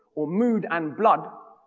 or mood and blood.